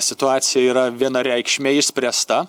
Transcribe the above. situacija yra vienareikšmiai išspręsta